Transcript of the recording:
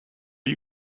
you